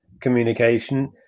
communication